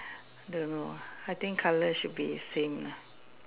don't know ah I think colour should be same lah